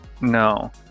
no